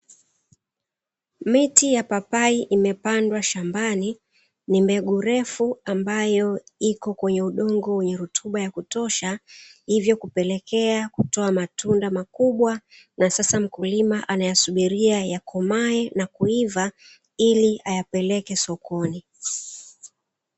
Miti ya papai imepanda shambani. Ni mbegu refu ambayo ipo kwenye rutuba ya kutosha hivyo kupelekea kutoa matunda makubwa, na sasa mkulima anayasubiria yakomae na kuiva ili ayapeleke sokoni.